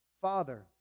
Father